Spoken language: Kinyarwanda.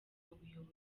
ubuyobozi